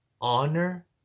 honor